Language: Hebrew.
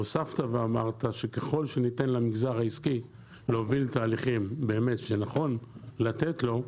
הוספת ואמרת שככל שניתן למגזר העסקי להוביל תהליכים שנכון לתת לו,